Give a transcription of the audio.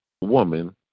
woman